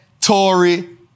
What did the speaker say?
Tory